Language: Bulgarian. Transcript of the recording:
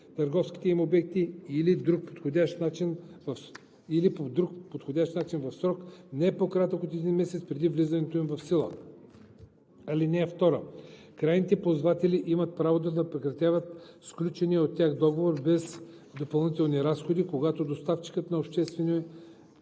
търговските им обекти или по друг подходящ начин в срок, не по-кратък от един месец преди влизането им в сила. (2) Крайните ползватели имат правото да прекратят сключения от тях договор без допълнителни разходи, когато доставчикът на обществени